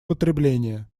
потребления